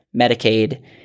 Medicaid